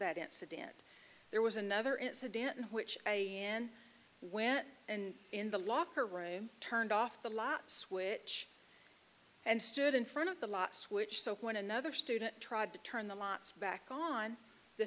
that incident there was another incident in which a n went and in the locker room turned off the lot switch and stood in front of the lot switch so when another student tried to turn the lights back on the